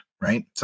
right